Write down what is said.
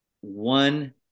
one